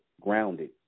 grounded